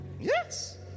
Yes